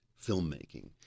filmmaking